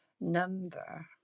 number